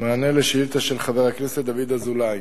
מענה על שאילתא של חבר הכנסת דוד אזולאי.